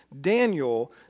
Daniel